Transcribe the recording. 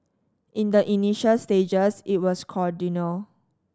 in the initial stages it was cordial